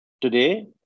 Today